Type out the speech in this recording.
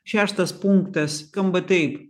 šeštas punktas skamba taip